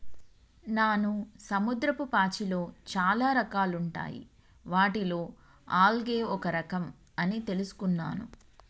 నాను సముద్రపు పాచిలో చాలా రకాలుంటాయి వాటిలో ఆల్గే ఒక రఖం అని తెలుసుకున్నాను